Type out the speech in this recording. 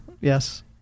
yes